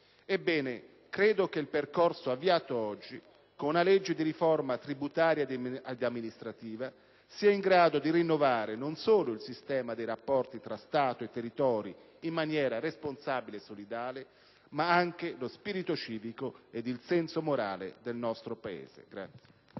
Ebbene, credo che il percorso avviato oggi con una legge di riforma tributaria e amministrativa sia in grado di rinnovare non solo il sistema dei rapporti tra Stato e territori in maniera responsabile e solidale, ma anche lo spirito civico ed il senso morale del nostro Paese.